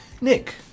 Nick